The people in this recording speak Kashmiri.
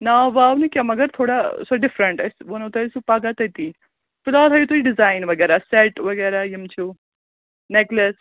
ناو واو نہٕ کیٚنٛہہ مگر تھوڑا سۄ ڈِفرَنٛٹ أسۍ وَنو تۄہہِ سُہ پگاہ تٔتی فلحال ہٲیِو تُہۍ ڈِزایِن وغیرہ سٮ۪ٹ وغیرہ یِم چھِو نٮ۪کلِس